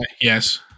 Yes